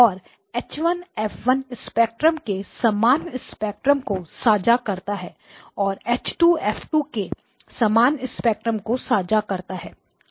और H1 F1 spectrum के समान स्पेक्ट्रम को साझा करता है औरH2 F2 के समान स्पेक्ट्रम को साझा करता है